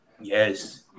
Yes